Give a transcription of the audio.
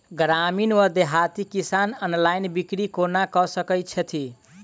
ग्रामीण वा देहाती किसान ऑनलाइन बिक्री कोना कऽ सकै छैथि?